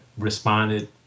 responded